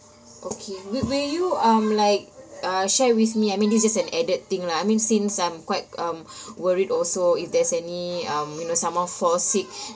okay will will you um like uh share with me I mean this is an added thing lah I mean since I'm quite um worried also if there's any um you know someone fall sick